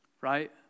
right